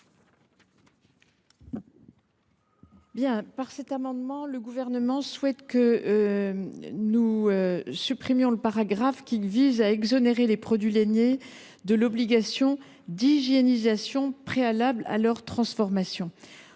Par cet amendement, le Gouvernement propose de supprimer le paragraphe qui vise à exonérer les produits lainiers de l’obligation d’hygiénisation préalable à leur transformation.